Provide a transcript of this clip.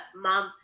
mom